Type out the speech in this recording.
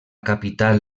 capital